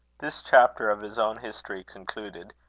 this chapter of his own history concluded,